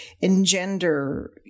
engender